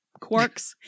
quarks